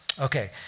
Okay